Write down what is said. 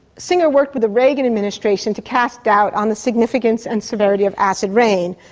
singer worked with the reagan administration to cast doubt on the significance and severity of acid rain,